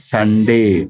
Sunday